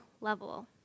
level